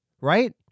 right